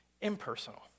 impersonal